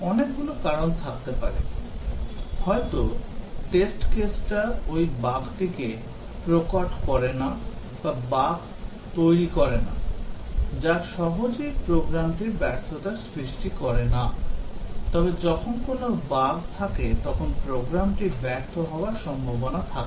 অনেকগুলো কারণ থাকতে পারে হয়তো টেস্ট কেসটা ওই বাগটিকে প্রকট করে না বা বাগটি তৈরি করে না যা সহজেই প্রোগ্রামটির ব্যর্থতা সৃষ্টি করে না তবে যখন কোনও বাগ থাকে তখন প্রোগ্রামটি ব্যর্থ হওয়ার সম্ভাবনা থাকে